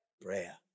Prayer